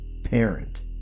parent